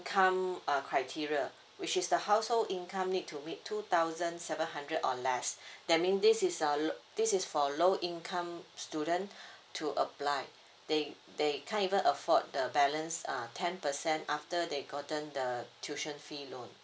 income uh criteria which is the household income need to meet two thousand seven hundred or less that mean this is a lo~ this is for low income student to apply they they can't even afford the balance uh ten percent after they gotten the tuition fee loan